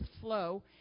flow